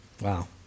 Wow